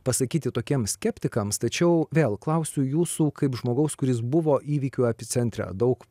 pasakyti tokiems skeptikams tačiau vėl klausiu jūsų kaip žmogaus kuris buvo įvykių epicentre daug